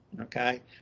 okay